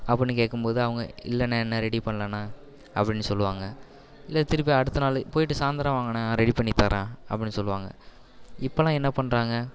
அப்படின்னு கேட்கும்போது அவங்க இல்லைண்ணா இன்னும் ரெடி பண்ணலண்ணா அப்படின்னு சொல்லுவாங்க இல்லை திருப்பி அடுத்த நாள் போய்விட்டு சாய்ந்திரம் வாங்கண்ணா ரெடி பண்ணி தர்றேன் அப்படின்னு சொல்லுவாங்க இப்பெல்லாம் என்ன பண்ணுறாங்க